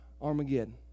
Armageddon